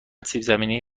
سیبزمینی